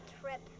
trip